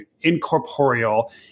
incorporeal